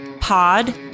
pod